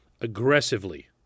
aggressively